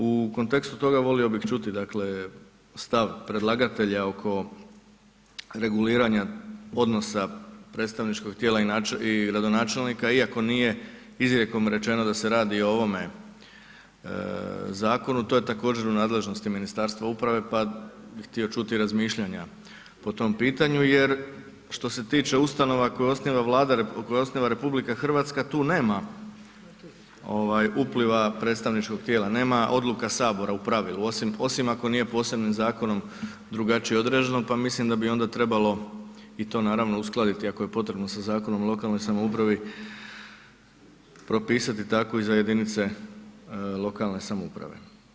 U kontekstu toga volio bi čuti dakle stav predlagatelja oko reguliranja odnosa predstavničkog tijela i gradonačelnika iako nije izrijekom rečeno da se radi o ovome zakonu, to je također u nadležnosti Ministarstva uprave, pa bih htio čuti razmišljanja po tom pitanju jer što se tiče ustanova koje osniva RH tu nema upliva predstavničkog tijela, nema odluka HS u pravilu osim ako nije posebnim zakonom drugačije određeno, pa mislim da bi onda trebalo i to naravno uskladiti ako je potrebno sa Zakonom o lokalnoj samoupravi propisati tako i za jedinice lokalne samouprave.